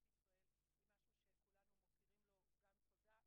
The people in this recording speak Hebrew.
ישראל היא משהו שכולנו מוקירים לו גם תודה,